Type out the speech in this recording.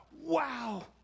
wow